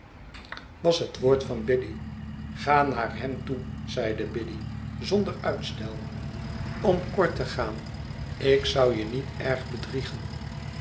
was het woord van biddy ga naar hem toe zei biddy zonder uitstel om kort te gaan ik zou je niet erg bedriegen